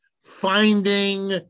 finding